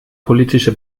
politische